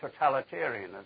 totalitarianism